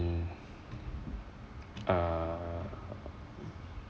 mm err